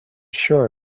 sure